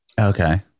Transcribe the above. Okay